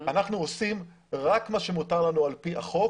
אנחנו עושים רק שמותר לנו על פי החוק